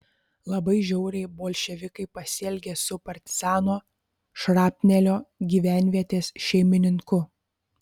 labai žiauriai bolševikai pasielgė su partizano šrapnelio gyvenvietės šeimininku